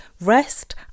rest